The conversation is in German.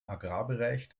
agrarbereich